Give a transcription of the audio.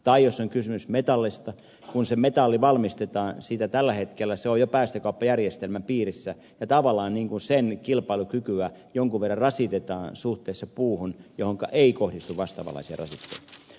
tai jos on kysymys metallista kun se metalli valmistetaan tällä hetkellä se on jo päästökauppajärjestelmän piirissä ja tavallaan sen kilpailukykyä jonkin verran rasitetaan suhteessa puuhun johon ei kohdistu vastaavanlaisia rasitteita